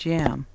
Jam